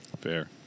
Fair